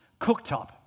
cooktop